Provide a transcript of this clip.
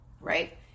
Right